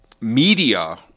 media